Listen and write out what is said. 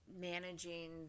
managing